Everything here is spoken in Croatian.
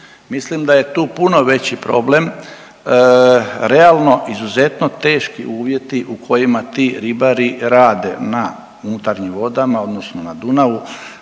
Mislim da je tu puno veći problem realno izuzetno teški uvjeti u kojima ti ribari rade na unutarnjim vodama odnosno na Dunavu.